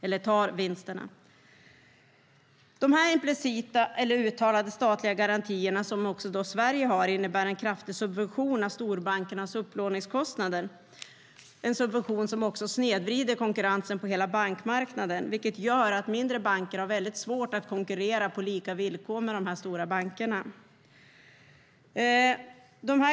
De här implicita eller uttalade statliga garantierna som också Sverige har innebär en kraftig subvention av storbankernas upplåningskostnader, en subvention som också snedvrider konkurrensen på hela bankmarknaden, vilket gör att mindre banker har väldigt svårt att konkurrera på lika villkor med de här stora bankerna.